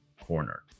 corner